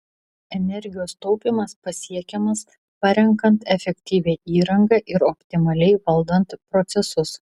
energijos taupymas pasiekiamas parenkant efektyvią įrangą ir optimaliai valdant procesus